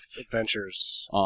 Adventures